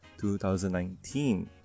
2019